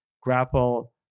grapple